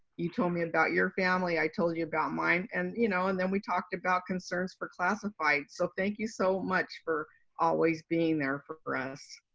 you told me about your family, i told you about mine. and you know, and then we talked about concerns for classified so thank you so much for always being there for for us.